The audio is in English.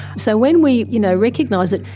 so when we you know recognise it,